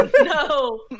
No